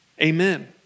Amen